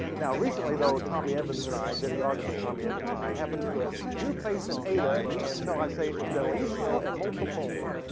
now recently, though, tommy evans and i. videographer tommy evans and i happened into a new place in ada. and shall i say it was deliziosa e molto buono.